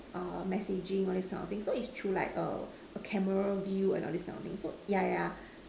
messaging all this kind of thing so is through like a camera view and all this kind of thing yeah yeah